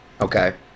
Okay